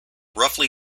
roughly